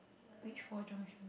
which four junctions